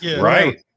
right